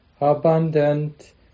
abundant